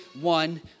one